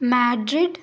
Madrid